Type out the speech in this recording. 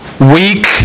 weak